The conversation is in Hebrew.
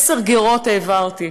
עשר גרות העברתי,